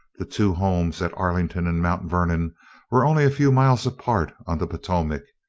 the two homes at arlington and mt. vernon were only a few miles apart on the potomac,